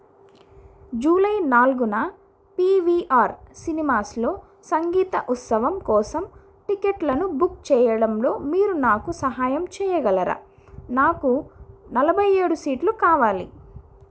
July నాలుగున P V R సినిమాస్లో సంగీత ఉత్సవం కోసం టికెట్లను బుక్ చెయ్యడంలో మీరు నాకు సహాయం చెయ్యగలరా నాకు నలభై ఏడు సీట్లు కావాలి